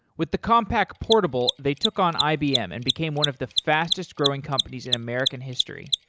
with the compaq portable, they took on ibm and became one of the fastest growing companies in american history.